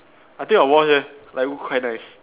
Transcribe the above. I think I will watch leh like look quite nice